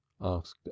asked